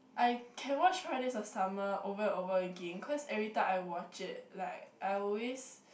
I can watch five-hundred-days-of-summer over and over again because everytime I watch it like I always